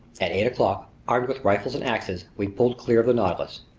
at eight o'clock, armed with rifles and axes, we pulled clear of the nautilus.